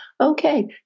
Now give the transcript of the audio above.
Okay